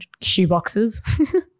Shoeboxes